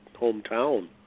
hometown